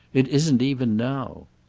it isn't even now.